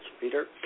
Peter